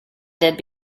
did